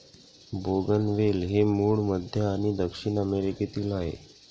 बोगनवेल हे मूळ मध्य आणि दक्षिण अमेरिकेतील आहे